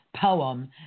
poem